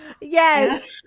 Yes